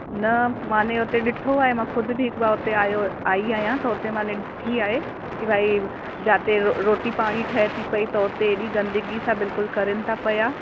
न मां ने हुते ॾिठो आहे मां ख़ुदि बि हिक बार हुते आयो आई आहियां त हुते मां ने ॾिठी आहे की भाई जाते रोटी पाणी ठहे थी पयी त हुते एॾी गंदगी सां बिल्कुलु करण था पिया